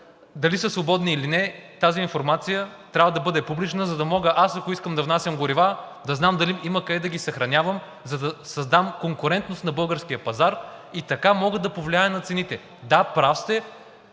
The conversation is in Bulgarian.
дали са свободни или не, тази информация трябва да бъде публична, за да мога аз, ако искам да внасям горива, да знам дали има къде да ги съхранявам, за да създам конкурентност на българския пазар и така мога да повлияя на цените. Да, прав сте,